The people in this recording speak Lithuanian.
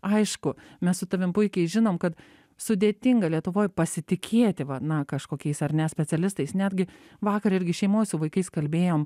aišku mes su tavim puikiai žinom kad sudėtinga lietuvoj pasitikėti va na kažkokiais ar ne specialistais netgi vakar irgi šeimoj su vaikais kalbėjom